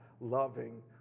loving